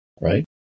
right